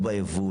לא בייבוא,